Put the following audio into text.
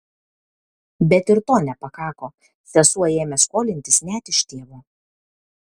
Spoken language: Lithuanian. bet ir to nepakako sesuo ėmė skolintis net iš tėvo